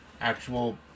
actual